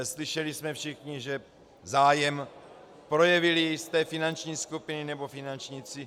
Slyšeli jsme všichni, že zájem projevily jisté finanční skupiny nebo finančníci.